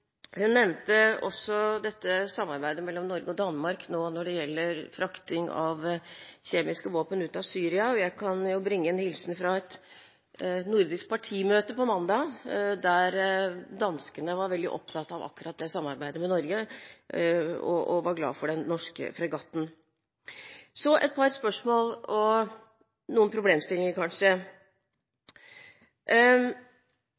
Hun nevnte også dette samarbeidet mellom Norge og Danmark nå når det gjelder frakting av kjemiske våpen ut av Syria. Jeg kan bringe en hilsen fra et nordisk partimøte på mandag, der danskene var veldig opptatt av akkurat det samarbeidet med Norge, og var glade for den norske fregatten. Så et par spørsmål – og kanskje noen problemstillinger.